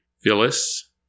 Phyllis